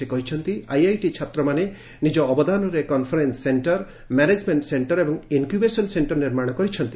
ସେ କହିଛନ୍ତି ଆଇଆଇଟି ଛାତ୍ରମାନେ ନିଜ ଅବଦାନରେ କନ୍ଫରେନୁ ସେଣ୍ଟର ମ୍ୟାନେଜ୍ମେଣ୍ଟ୍ ସେଣ୍ଟର୍ ଏବଂ ଇନ୍କ୍ୟୁବେସନ୍ ସେକ୍ଟର୍ ନିର୍ମାଣ କରିଛନ୍ତି